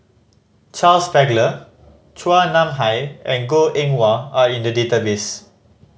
Charles Paglar Chua Nam Hai and Goh Eng Wah are in the database